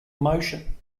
emotion